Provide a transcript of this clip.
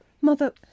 Mother